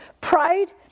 pride